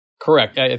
Correct